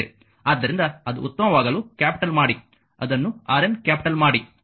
ಆದ್ದರಿಂದ ಅದು ಉತ್ತಮವಾಗಲು ಕ್ಯಾಪಿಟಲ್ ಮಾಡಿ ಅದನ್ನು Rn ಕ್ಯಾಪಿಟಲ್ ಮಾಡಿ